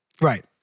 Right